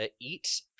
eat